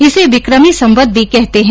इसे विक्रमी संवत भी कहते है